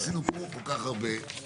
ופה, פה אני רוצה --- רגע.